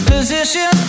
Position